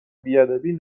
بیادبی